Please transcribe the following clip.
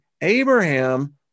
Abraham